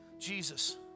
Jesus